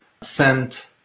sent